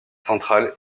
centrale